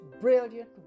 brilliant